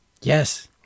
Yes